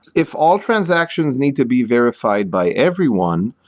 if all transactions need to be verified by everyone,